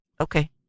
Okay